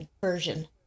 version